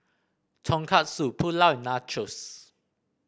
Tonkatsu Pulao Nachos